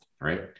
right